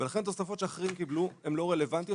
ולכן תוספות שאחרים קיבלו הן לא רלוונטיות.